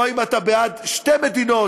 או אתה בעד שתי מדינות,